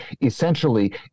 essentially